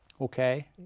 Okay